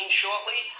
shortly